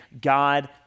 God